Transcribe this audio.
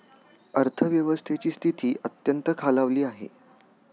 अर्थव्यवस्थेची स्थिती अत्यंत खालावली आहे